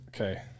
Okay